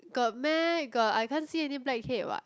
got meh got I can't see any blackhead what